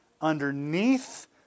underneath